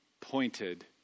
pointed